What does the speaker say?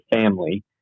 family